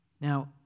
Now